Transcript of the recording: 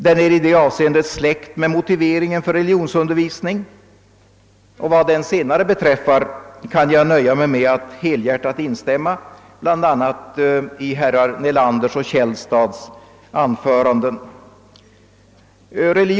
Det är i det avseendet släkt med motiveringen för = religionsundervisning, och vad debatten kring den senare beträffar kan jag nöja mig med att helhjärtat instämma i bl.a. herr Nelanders och herr Källstads anföranden.